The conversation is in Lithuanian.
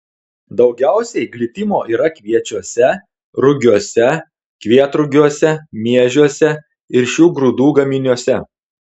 daugiausiai glitimo yra kviečiuose rugiuose kvietrugiuose miežiuose ir šių grūdų gaminiuose